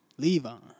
Levon